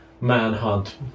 Manhunt